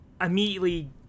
immediately